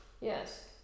Yes